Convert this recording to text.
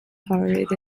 tolerated